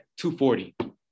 240